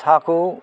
साहाखौ